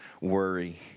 worry